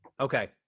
Okay